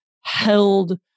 held